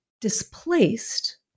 displaced